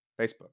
Facebook